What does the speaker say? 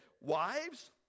wives